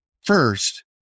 First